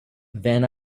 then